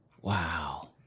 wow